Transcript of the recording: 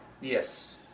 Yes